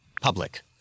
Public